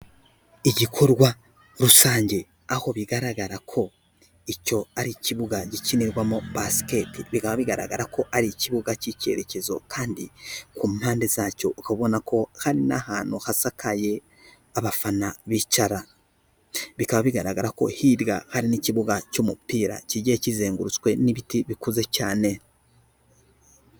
Igikorwa rusange aho bigaragara ko icyo ari ikibuga gikinirwamo basiketi, bikaba bigaragara ko ari ikibuga cy'icyerekezo kandi ku mpande zacyo ukabona ko hari n'ahantu hasakaye abafana bicara, bikaba bigaragara ko hirya hari n'ikibuga cy'umupira kigiye kizengurutswe n'ibiti bikuze cyane.